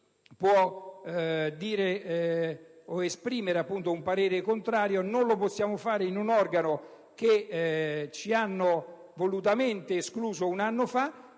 può dire o esprimere parere contrario; non possiamo farlo in un organo da cui ci hanno volutamente escluso un anno fa.